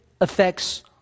affects